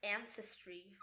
ancestry